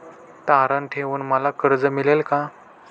तारण ठेवून मला कर्ज मिळेल का?